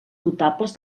notables